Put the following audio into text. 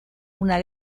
una